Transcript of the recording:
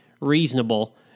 reasonable